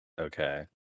Okay